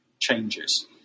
changes